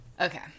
Okay